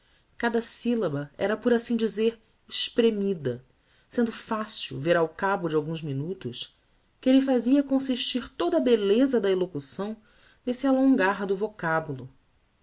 cada syllaba era por assim dizer espremida sendo facil ver ao cabo de alguns minutos que elle fazia consistir toda a belleza da elocução nesse alongar do vocabulo